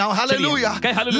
hallelujah